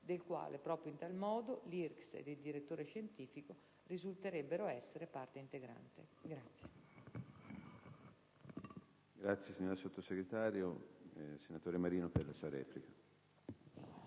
del quale, proprio in tal modo, l'IRCCS ed il direttore scientifico risulterebbero essere parte integrante. [MARINO